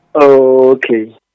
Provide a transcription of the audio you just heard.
okay